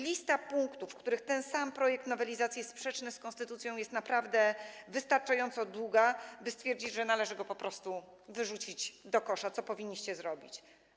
Lista punktów, w których ten sam projekt nowelizacji jest sprzeczny z konstytucją, jest naprawdę wystarczająco długa, by stwierdzić, że należy go po prostu wyrzucić do kosza, co powinniście zrobić.